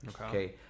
Okay